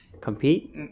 compete